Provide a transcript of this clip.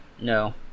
No